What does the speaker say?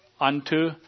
unto